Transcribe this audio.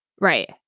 Right